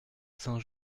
saint